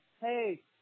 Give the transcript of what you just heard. hey